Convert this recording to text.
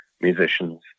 musicians